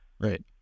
Right